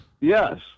Yes